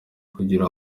kugira